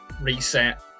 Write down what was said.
reset